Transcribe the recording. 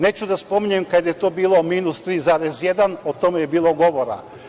Neću da spominjem kad je to bilo minus 3,1%, o tome je bilo govora.